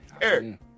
Eric